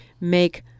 make